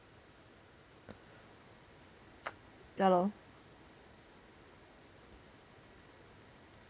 ya lor